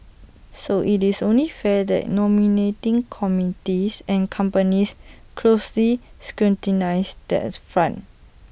so IT is only fair that nominating committees and companies closely scrutinise that front